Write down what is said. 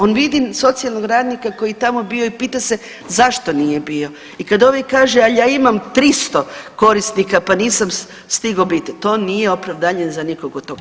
On vidi socijalnog radnika koji je tamo bio i pita se zašto nije bio i kad ovaj kaže al ja imam 300 korisnika, pa nisam stigao bit, to nije opravdanje za nikog od tog.